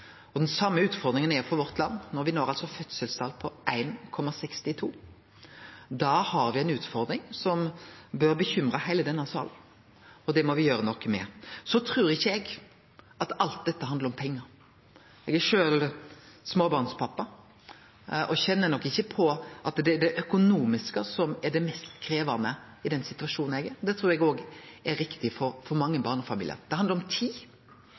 samfunn. Den same utfordringa har landet vårt. No har me fødselstal på 1,62. Da har me ei utfordring som bør bekymre heile denne salen, og det må me gjere noko med. Så trur eg ikkje at alt dette handlar om pengar. Eg er sjølv småbarnspappa og kjenner nok ikkje på at det er det økonomiske som er det mest krevjande i den situasjonen eg er i. Det trur eg er riktig for mange barnefamiliar. Det handlar om